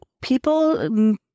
people